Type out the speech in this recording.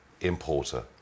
importer